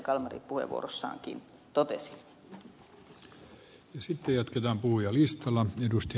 kalmari puheenvuorossaankin totesi